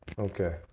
okay